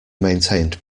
maintained